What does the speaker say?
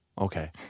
Okay